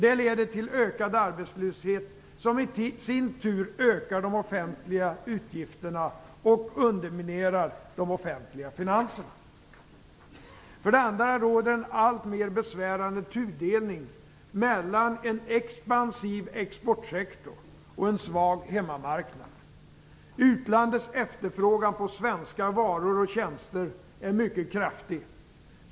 Det leder till ökad arbetslöshet, som i sin tur ökar de offentliga utgifterna och underminerar de offentliga finanserna. För det andra råder en alltmer besvärande tudelning mellan en expansiv exportsektor och en svag hemmamarknad. Utlandets efterfrågan på svenska varor och tjänster är mycket kraftig.